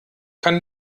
kann